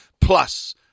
plus